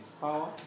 power